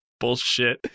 bullshit